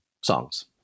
songs